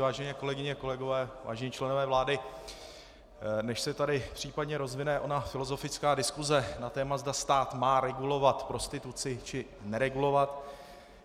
Vážené kolegyně, kolegové, vážení členové vlády, než se tady případně rozvine ona filozofická diskuse na téma, zda stát má regulovat prostituci, či neregulovat,